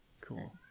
Cool